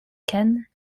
cannes